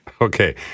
Okay